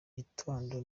gitondo